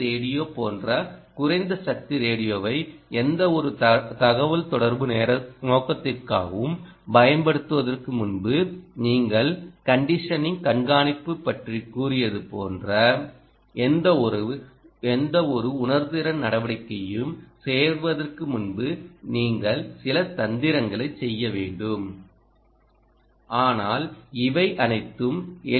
radio போன்ற குறைந்த சக்தி ரேடியோவை எந்தவொரு தகவல்தொடர்பு நோக்கத்திற்காகவும் பயன்படுத்துவதற்கு முன்பு நீங்கள் கண்டிஷனிங் கண்காணிப்பு பற்றிகூறியது போன்ற எந்தவொரு உணர்திறன் நடவடிக்கையையும் செய்வதற்கு முன்பு நீங்கள் சில தந்திரங்களைச் செய்ய வேண்டும் ஆனால் இவை அனைத்தும் எல்